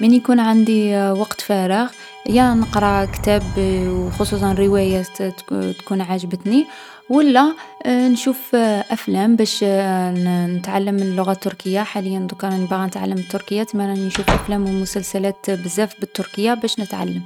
من يكون عندي وقت فراغ، يا نقرا كتاب يـ و خصوصا رواية تـ تكون عاجبتني، و لا نـ نشوف أفلام باش نـ نتعلّم اللغة التركية، حاليا ضركا راني باغا نتعلم التركية تسما راني نشوف أفلام و مسلسلات بزاف بالتركية باش نتعلم.